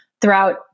throughout